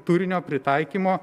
turinio pritaikymo